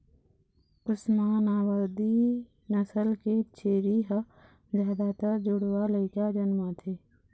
ओस्मानाबादी नसल के छेरी ह जादातर जुड़वा लइका जनमाथे